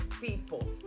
people